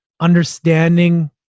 understanding